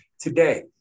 today